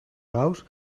gauss